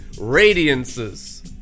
radiances